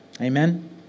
Amen